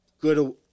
good